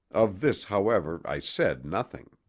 of this, however, i said nothing.